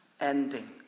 ending